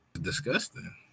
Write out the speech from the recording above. disgusting